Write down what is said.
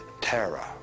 terror